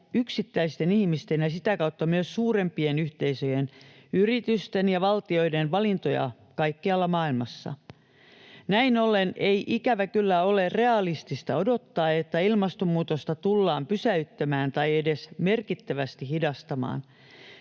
yksittäisten ihmisten ja sitä kautta myös suurempien yhteisöjen, yritysten ja valtioiden valintoja kaikkialla maailmassa. Näin ollen ei ikävä kyllä ole realistista odottaa, että ilmastonmuutosta tullaan pysäyttämään tai edes merkittävästi hidastamaan.